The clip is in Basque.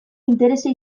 interesa